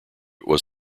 was